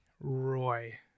Roy